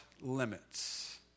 limits